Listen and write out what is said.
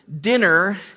dinner